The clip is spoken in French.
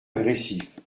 agressif